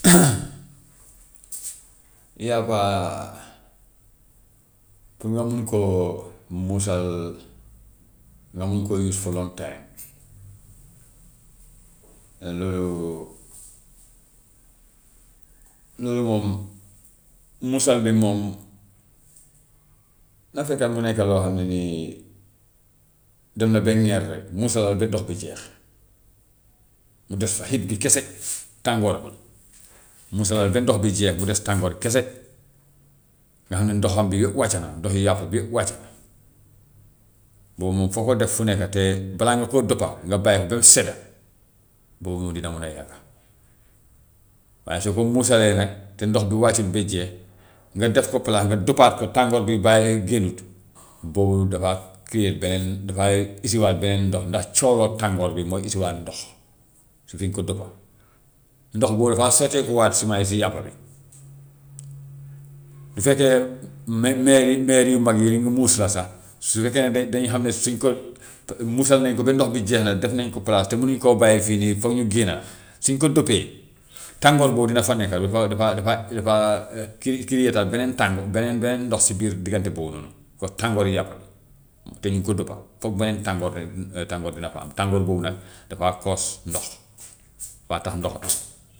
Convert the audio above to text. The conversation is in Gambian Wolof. yàppa pour nga mun koo muusal, nga mun ko use for time, loolu loolu moom muusal bi moom na fekka mu nekk loo xam ne nii dem na ba ŋeer rek muusalal ba ba ndox bi jeex, mu des fa heat bi kese tàngoor bi, muusalal ba ndox bi jeex mu des tàngoor bi kese nga xam ne ndoxam bi yëpp wàcc na, ndoxi yàpp bi yëpp wàcc na. Boobu moom foo ko def fu nekka te balaa nga koo dëppa nga bàyyi ko ba mu sedda, boobu moom dina mun a yàgga. Waaye soo ko muusalee nag te ndox bi wàccut ba jeex nga def ko palaat nga dëppaat ko tàngoor bi bàyyi génnut, boobu dafa create beneen dafay beneen ndox, ndax cóolóol tàngoor bi mooy ndox su fi nga ko dëppa. Ndox boobu dafa sotteekuwaat si may si yàpp bi. Su fekkee me- meer yi meer yu mag yooyu ñu muus la sax su fekke ne dañu dañu xam ne su ñu ko muusal nañu ko ba ndox bi jeex na def nañ ko palaas te munuñ koo bàyyi fii nii foog ñu génna, suñ ko dëppee tàngoor boobu dina fa nekka, lu fa dafa dafa dafa dafa crea create (aat) beneen tàngo- beneen beneen ndox si biir diggante boobu noonu foog tàngooru yàpp bi dañu ko dëppa, foog beneen tàngoor rek tàngoor dina fa am, tàngoor boobu nag dafa cause ndox, dafa tax ndox am